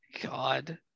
god